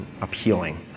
appealing